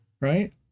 Right